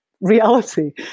reality